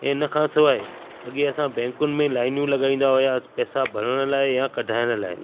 ऐं हिन खां सवाइ अॻे असां बैंकुनि में लाइनूं लॻाइंदा हुआसीं पैसा भरण लाइ या कढाइण लाइ